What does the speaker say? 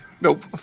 Nope